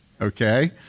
Okay